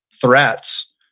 threats